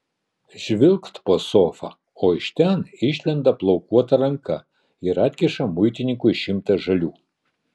žvilgt po sofa o iš ten išlenda plaukuota ranka ir atkiša muitininkui šimtą žalių